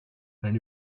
and